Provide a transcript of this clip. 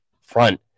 front